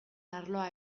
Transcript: arloa